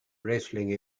wrestling